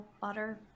butter